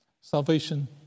Salvation